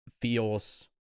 feels